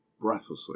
breathlessly